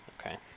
Okay